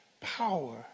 power